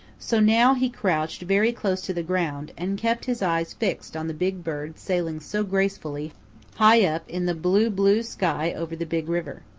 so now he crouched very close to the ground and kept his eyes fixed on the big bird sailing so gracefully high up in the blue, blue sky over the big river.